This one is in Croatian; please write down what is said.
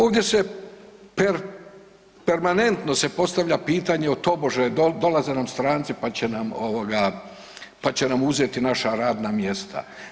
Ovdje se permanentno se postavlja pitanje, o tobože dolaze nam stranci pa će nam uzeti naša radna mjesta.